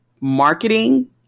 marketing